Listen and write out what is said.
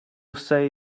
say